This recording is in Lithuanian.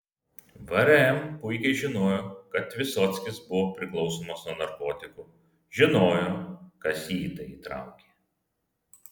vrm puikiai žinojo kad vysockis buvo priklausomas nuo narkotikų žinojo kas jį į tai įtraukė